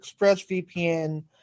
ExpressVPN